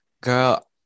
girl